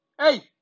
Hey